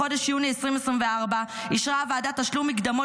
בחודש יוני 2024 אישרה הוועדה תשלום מקדמות